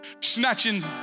snatching